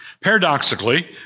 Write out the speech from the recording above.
Paradoxically